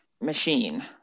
machine